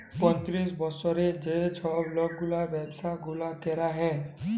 পঁয়তিরিশ বসরের যে ছব লকগুলার ব্যাবসা গুলা ক্যরা হ্যয়